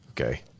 Okay